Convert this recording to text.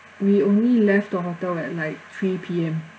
we only left the hotel at like three P_M